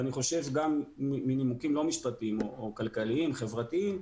מנימוקים לא משפטיים או כלכליים חברתיים,